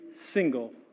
single